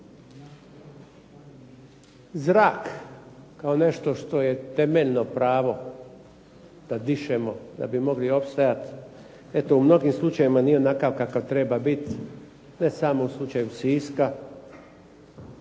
Zrak kao nešto što je temeljno pravo da dišemo, da bi mogli opstajati, eto u mnogim slučajevima nije onakav kakav treba biti, ne samo u slučaju Siska,